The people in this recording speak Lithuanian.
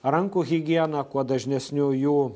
rankų higiena kuo dažnesniu jų